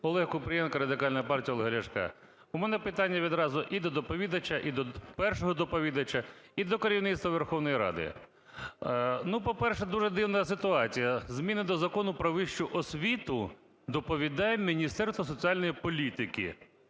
Олег Купрієнко, Радикальна партія Олега Ляшка. У мене питання відразу і до доповідача, і до першого доповідача, і до керівництва Верховної Ради. Ну, по-перше, дуже дивна ситуація: зміни до Закону "Про вищу освіту" доповідає Міністерство соціальної політики.